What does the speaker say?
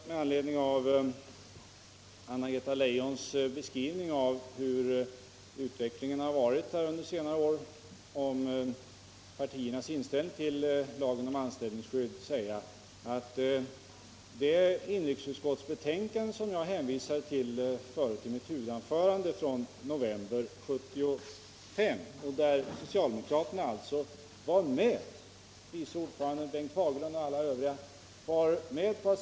Med anledning av Anna-Greta Leijons påståenden om partiernas förändrade inställning till lagen om anställningsskydd vill jag påminna om vad socialdemokraterna var med om att skriva i inrikesutskottets betänkande i november 1975. Det gäller således utskottets vice ordförande Bengt Fagerlund och alla övriga socialdemokrater i utskottet.